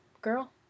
Girl